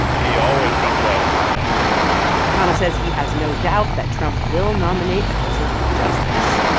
he always comes out on the left mcconnell says he has no doubt that trump will nominate a conservative justice.